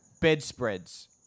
bedspreads